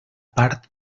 part